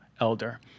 elder